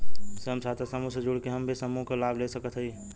स्वयं सहायता समूह से जुड़ के हम भी समूह क लाभ ले सकत हई?